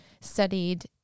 studied